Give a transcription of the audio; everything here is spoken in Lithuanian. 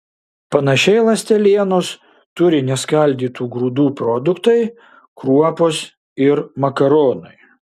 panašiai ląstelienos turi neskaldytų grūdų produktai kruopos ir makaronai